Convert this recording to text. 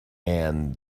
and